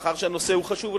מאחר שהנושא חשוב,